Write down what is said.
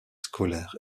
scolaire